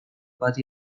bat